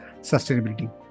sustainability